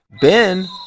Ben